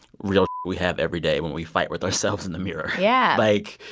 real we have every day when we fight with ourselves in the mirror? yeah like,